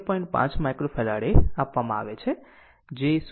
5 microfarad આપવામાં આવે છે જે 0